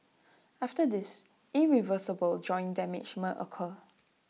after this irreversible joint damage may occur